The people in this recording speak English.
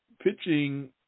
pitching